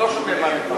לא שומעים.